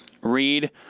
Read